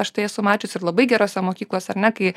aš tai esu mačius ir labai gerose mokyklose ar ne kai